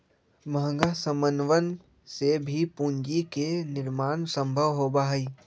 महंगा समनवन से भी पूंजी के निर्माण सम्भव होबा हई